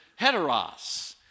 heteros